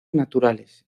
naturales